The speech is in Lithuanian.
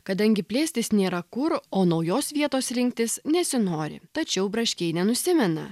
kadangi plėstis nėra kur o naujos vietos rinktis nesinori tačiau braškiai nenusimena